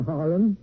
Harlan